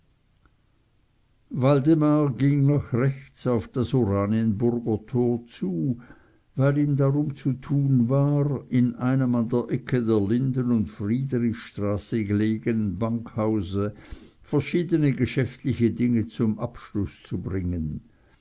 waldemar ging nach rechts auf das oranienburger tor zu weil ihm darum zu tun war in einem an der ecke der linden und friedrichsstraße gelegenen bankhause verschiedene geschäftliche dinge zum abschluß zu bringen